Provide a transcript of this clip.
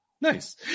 Nice